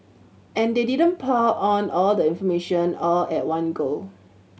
and they didn't pile on all the information all at one go